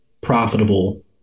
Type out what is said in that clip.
profitable